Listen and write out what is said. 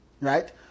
Right